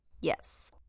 yes